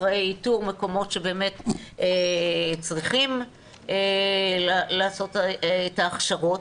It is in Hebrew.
אחרי איתור מקומות שבאמת צריכים לעשות את ההכשרות,